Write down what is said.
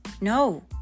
No